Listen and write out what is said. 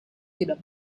tidak